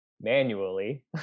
manually